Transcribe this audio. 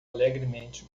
alegremente